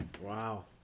Wow